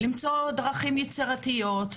למצוא דרכים יצירתיות,